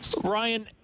Ryan